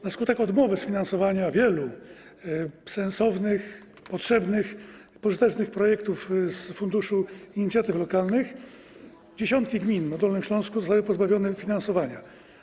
Na skutek odmowy sfinansowania wielu sensownych, potrzebnych, pożytecznych projektów z funduszu inicjatyw lokalnych dziesiątki gmin na Dolnym Śląsku zostanie pozbawionych dofinansowania.